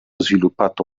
sviluppato